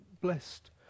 blessed